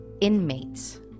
inmates